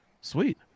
sweet